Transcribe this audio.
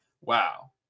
wow